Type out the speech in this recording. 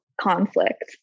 conflict